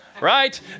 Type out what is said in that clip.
right